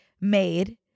made